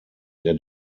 der